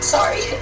Sorry